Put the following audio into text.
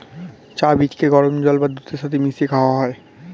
চা বীজকে গরম জল বা দুধের সাথে মিশিয়ে খাওয়া হয়